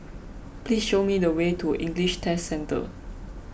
please show me the way to English Test Centre